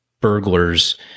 burglars